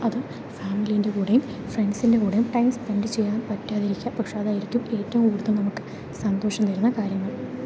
അതും ഫാമിലീൻ്റെ കൂടെയും ഫ്രണ്ട്സിൻ്റെ കൂടെയും ടൈം സ്പെൻഡ് ചെയ്യാൻ പറ്റാതിരിക്കുക പക്ഷെ അതായിരിക്കും ഏറ്റവും കൂടുതൽ നമുക്ക് സന്തോഷം തരുന്ന കാര്യങ്ങൾ